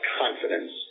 confidence